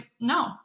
no